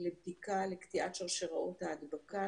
לבדיקה לקטיעת שרשראות ההדבקה.